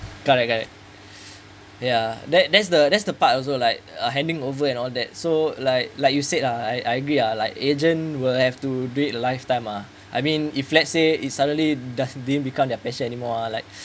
got it got it ya that that's the that's the part also like uh handing over and all that so like like you said uh I I agree uh like agent will have to do it lifetime uh I mean if let's say is suddenly does didn't become their passion anymore uh like